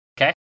okay